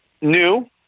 new